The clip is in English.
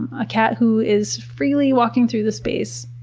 a cat who is freely walking through the space,